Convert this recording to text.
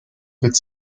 with